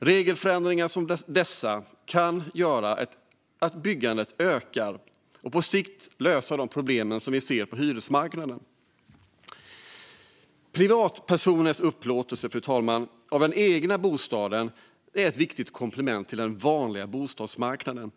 Regelförändringar som dessa kan göra att byggandet ökar och på sikt lösa de problem som vi ser på hyresmarknaden. Privatpersoners upplåtelse av den egna bostaden är ett viktigt komplement till den vanliga bostadsmarknaden.